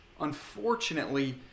Unfortunately